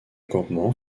campement